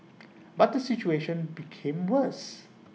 but the situation became worse